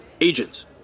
Agents